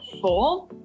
four